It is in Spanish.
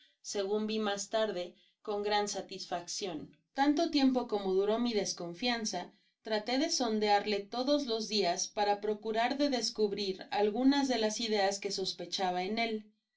segun vi mas tarde con gran satisfaccion tanto tiempo como duró mi desconfianza traté desondearle todos los dias para procurar de descubrir algunas de las ideas que sospechaba en él